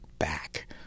Back